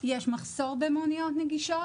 יש מחסור במוניות נגישות,